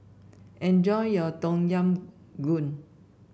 enjoy your Tom Yam Goong